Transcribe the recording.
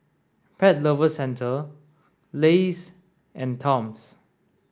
Pet Lovers Centre Lays and Toms